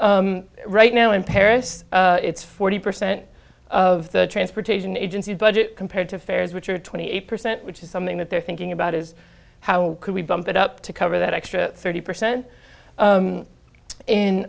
employees right now in paris it's forty percent of the transportation agency's budget compared to fares which are twenty eight percent which is something that they're thinking about is how could we bump it up to cover that extra thirty percent